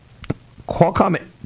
Qualcomm